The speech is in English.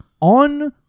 on